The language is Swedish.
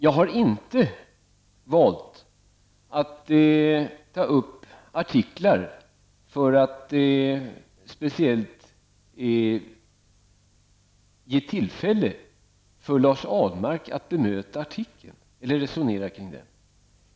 Jag har inte valt att beröra artiklar speciellt för att ge Lars Ahlmark tillfälle att bemöta artiklarna eller resonera kring dem.